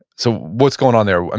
so what's going on there? and